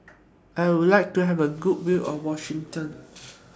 I Would like to Have A Good View of Wellington